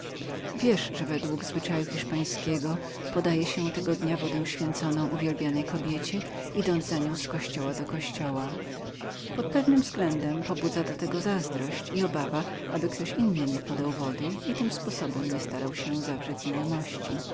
wiesz że według zwyczaju hiszpańskiego tego dnia idzie się do kościoła i ofiaruje wodę święconą kochanej kobiecie pod pewnym względem zazdrość do tego powoduje i obawa aby kto drugi nie podał wody i tym sposobem nie starał się zabrać znajomości